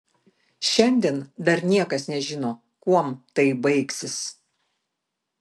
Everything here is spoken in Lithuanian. šiandien dar niekas nežino kuom tai baigsis